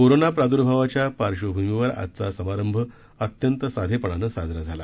corona प्रादूर्भावाच्या पार्श्वभूमीवर आजचा समारंभ अत्यंत साधेपणाने साजरा झाला